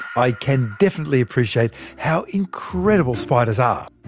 i can definitely appreciate how incredible spiders are.